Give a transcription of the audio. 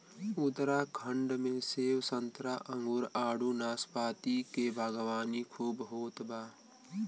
उत्तराखंड में सेब संतरा अंगूर आडू नाशपाती के बागवानी खूब होत बा